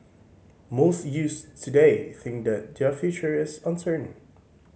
most youths today think that their future is uncertain